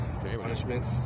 punishments